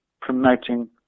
promoting